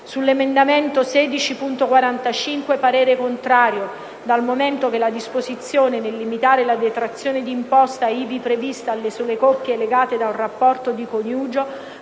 sull'emendamento 16.45 parere contrario, dal momento che la disposizione, nel limitare la detrazione di imposta ivi prevista alle sole coppie legate da un rapporto di coniugio,